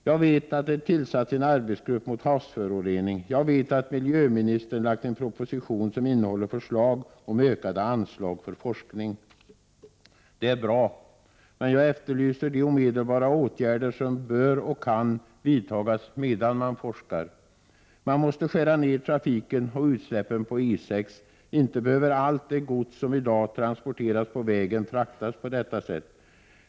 Jag vet att det tillsatts en arbetsgrupp mot havsförorening. Jag vet att miljöministern lagt en proposition som innehåller förslag om ökade anslag för forskning. Det är bra. Men jag efterlyser de omedelbara åtgärder som bör och kan vidtas medan man forskar. Man måste skära ner trafiken och utsläppen på E 6. Inte behöver allt det gods som i dag transporteras på vägen fraktas på detta sätt.